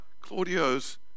Claudio's